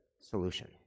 solution